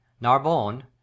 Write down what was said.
Narbonne